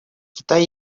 китай